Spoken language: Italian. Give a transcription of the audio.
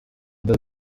del